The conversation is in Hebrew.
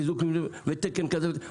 חיזוק מבנים ותקן כזה או אחר,